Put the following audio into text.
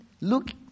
look